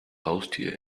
haustier